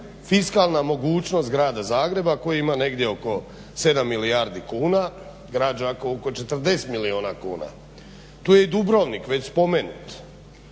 fiskalna mogućnost Grada Zagreba koji ima negdje oko 7 milijardi kuna, Grad Đakovo oko 40 milijuna kuna. Tu je i Dubrovnik već spomenut.